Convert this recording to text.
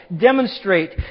demonstrate